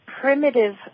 primitive